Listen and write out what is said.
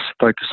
focus